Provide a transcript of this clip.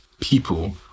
people